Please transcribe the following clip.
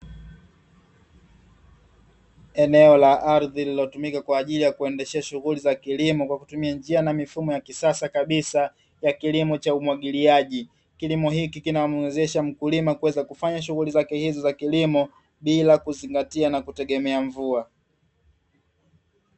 Eneo la ardhi lililotumika kwa ajili ya kuendeshea shughuli za kilimo kwa kutumia njia na mifumo ya kisasa kabisa ya kilimo cha umwagiliaji. Kilimo hiki kinamwezesha mkulima kuweza kufanya shughuli zake hizi za kilimo, bila kuzingatia na kutegemea mvua.